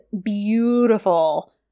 beautiful